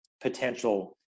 potential